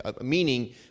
meaning